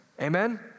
Amen